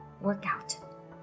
Workout